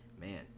man